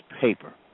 paper